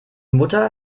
mutter